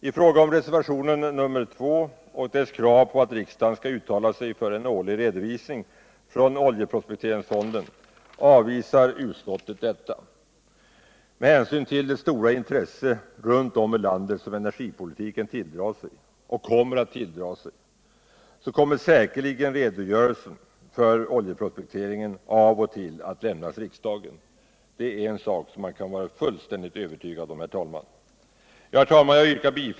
I fråga om reservationen 2 och dess krav på att riksdagen skall uttala sig för en årlig redovisning från oljeprospekteringsfonden avvisar utskouet detta. Med hänsyn till det stora intresse som energipolitiken tilldrar sig och kommer att tilldra sig runt om i landet kommer säkerligen redogörelser för oljeprospekteringen att av och till lämnas riksdagen — det är en såk som man kan vara fullständigt övertygad om.